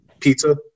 pizza